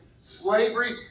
slavery